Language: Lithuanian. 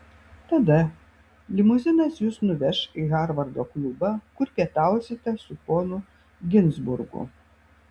tada limuzinas jus nuveš į harvardo klubą kur pietausite su ponu ginzburgu